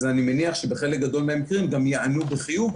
אז אני מניח שבחלק גדול מהמקרים הם גם ייענו בחיוב,